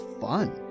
fun